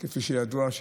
לפי מה שידוע,